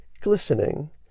glistening